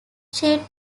shade